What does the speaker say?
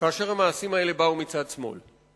כאשר המעשים האלה באו מצד שמאל.